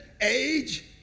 age